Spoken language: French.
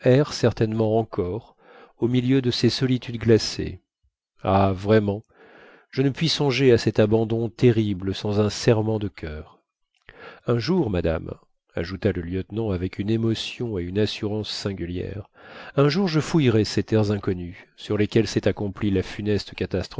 certainement encore au milieu de ces solitudes glacées ah vraiment je ne puis songer à cet abandon terrible sans un serrement de coeur un jour madame ajouta le lieutenant avec une émotion et une assurance singulières un jour je fouillerai ces terres inconnues sur lesquelles s'est accomplie la funeste